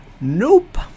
Nope